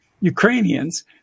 Ukrainians